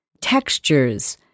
textures